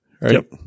right